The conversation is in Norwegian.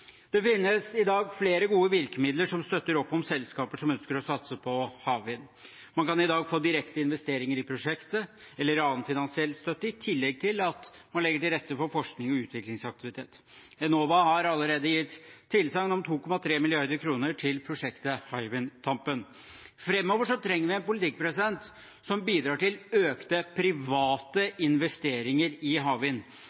Det finnes i dag flere gode virkemidler som støtter opp om selskaper som ønsker å satse på havvind. Man kan i dag få direkte investeringer i prosjektet eller annen finansiell støtte, i tillegg til at man legger til rette for forsknings- og utviklingsaktivitet. Enova har allerede gitt tilsagn om 2,3 mrd. kr til prosjektet Hywind Tampen. Framover trenger vi en politikk som bidrar til økte